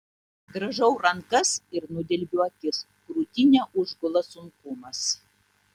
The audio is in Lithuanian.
grąžau rankas ir nudelbiu akis krūtinę užgula sunkumas